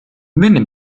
venne